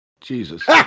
Jesus